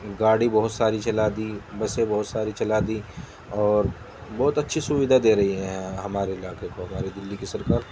گاڑی بہت ساری چلا دی بسیں بہت ساری چلا دیں اور بہت اچھی سوودھا دے رہی ہے ہمارے علاقے کو ہماری دہلی کی سرکار